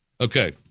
Okay